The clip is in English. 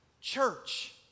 Church